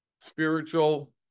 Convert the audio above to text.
Spiritual